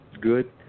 good